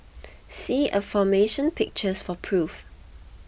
see aforementioned pictures for proof